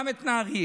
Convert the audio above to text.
גם את נהריה.